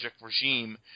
regime